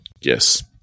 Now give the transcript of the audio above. Yes